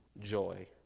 joy